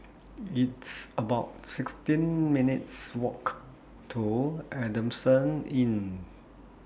It's about sixteen minutes' Walk to Adamson Inn